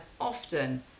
often